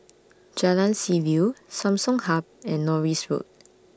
Jalan Seaview Samsung Hub and Norris Road